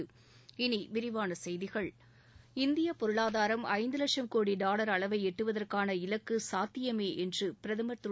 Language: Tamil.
இனி விரிவான செய்திகள் இந்தியப் பொருளாதாரம் ஐந்து லட்சும் கோடி டாவர் அளவை எட்டுவதற்கான இலக்கு சாத்தியமே என்று பிரதமர் திரு